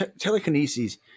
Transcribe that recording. telekinesis